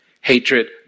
Hatred